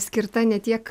skirta ne tiek